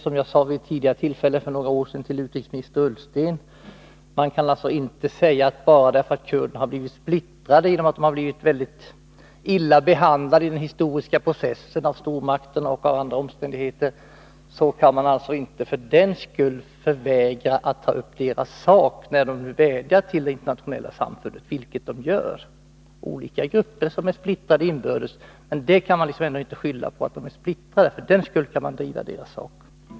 Som jag sade vid något tillfälle för några år sedan till utrikesminister Ullsten kan man inte vägra att ta upp kurdernas sak, när de nu vädjar till det internationella samfundet, bara därför att kurderna är splittrade till följd av att de har blivit illa behandlade av stormakterna i den historiska processen och på grund av andra omständigheter. Olika grupper kan vara splittrade inbördes, men man kan inte skylla på det och för den skull inte driva deras sak.